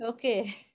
Okay